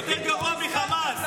"יותר גרוע מחמאס".